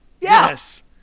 yes